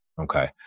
Okay